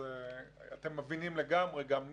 אז אתם מבינים לגמרי גם נירה,